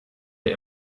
der